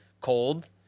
cold